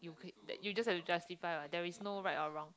you okay that you just have to justify what there is no right or wrong